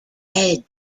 red